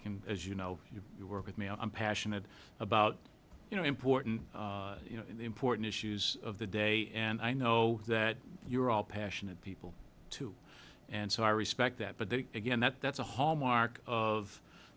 can as you know you work with me i'm passionate about you know important important issues of the day and i know that you're all passionate people too and so i respect that but then again that that's a hallmark of